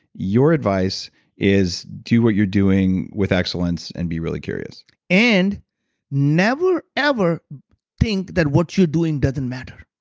your advice is do what you're doing with excellence and be really curious and never ever think that what you're doing doesn't matter.